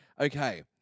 Okay